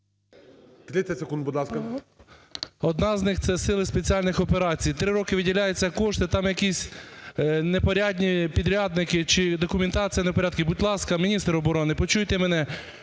30 секунд, будь ласка. РЕВЕГА О.В. …одна з них - це сили спеціальних операцій. Три роки виділяються кошти, там якісь непорядні підрядники чи документація не в порядку. Будь ласка, міністр оборони, почуйте мене,